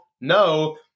No